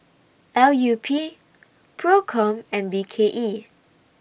L U P PROCOM and B K E